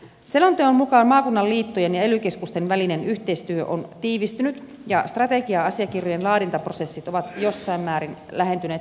selonteon mukaan maakunnan liittojen ja ely keskusten välinen yhteistyö on tiivistynyt ja strategia asiakirjojen laadintaprosessit ovat jossain määrin lähentyneet toisiaan